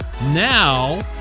Now